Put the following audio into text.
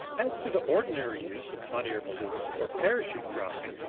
as to the ordinary use of hot-air balloons for parachute dropping,